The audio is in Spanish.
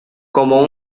como